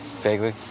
Vaguely